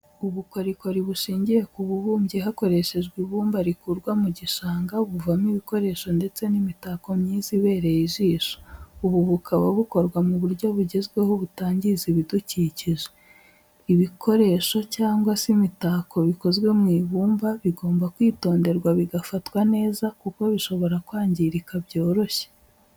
Ubukorikori bushingiye ku bubumbyi hakoreshejwe ibumba rikurwa mu gishanga buvamo ibikoresho ndetse n'imitako myiza ibereye ijisho, ubu bukaba bukorwa mu buryo bugezweho butangiza ibidukikije, ibikoresha cyangwa se imitako bikozwe mu ibumba bigomba kwitonderwa bigafatwa neza kuko bishobora kwangirika byoroshye.